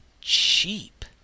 cheap